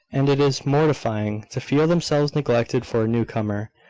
and it is mortifying to feel themselves neglected for a newcomer.